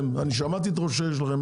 אני שמעתי את ראש העיר שלכם.